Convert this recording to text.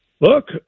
look